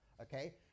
okay